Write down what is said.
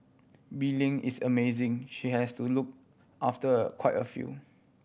Bee Ling is amazing she has to look after a quite a few